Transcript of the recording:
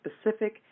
specific